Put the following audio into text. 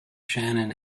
shannon